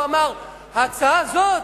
והוא אמר: ההצעה הזאת,